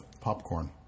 popcorn